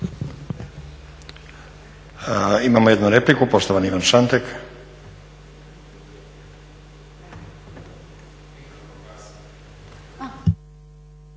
Imamo jednu repliku, poštovani Ivan Šantek.